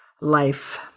life